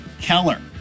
Keller